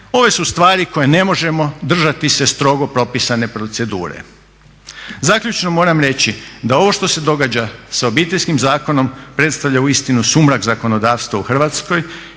ove su stvari koje ne možemo držati se strogo propisane procedure.". Zaključno moram reći da ovo što se događa sa Obiteljskim zakonom predstavlja uistinu sumrak zakonodavstva u Hrvatskoj